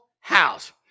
house